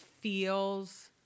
feels